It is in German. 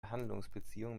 handelsbeziehungen